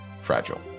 fragile